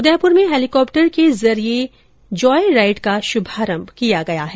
उदयपुर में हेलीकॉप्टर के जरिए जॉय राइड का शुभारंभ किया गया है